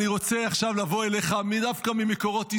אני רוצה עכשיו לבוא אליך דווקא ממקורות ישראל,